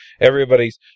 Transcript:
everybody's